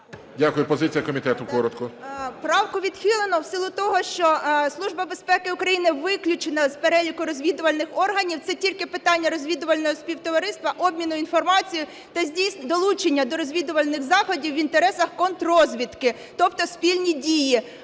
Дякую. Позиція комітету коротко. 13:10:50 БЕЗУГЛА М.В. Правку відхилено в силу того, що Служба безпеки України виключена з переліку розвідувальних органів. Це тільки питання розвідувального співтовариства, обміну інформацією та долучення до розвідувальних заходів в інтересах контррозвідки, тобто спільні дії.